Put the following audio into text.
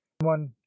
one